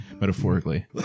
metaphorically